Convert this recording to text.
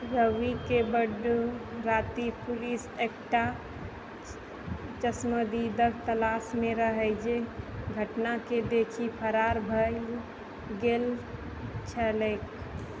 रविके बड्ड राति पुलिस एकटा चश्मदीदक तलाशमे रहै जे घटनाके देखि फरार भए गेल छलैक